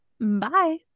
Bye